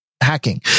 hacking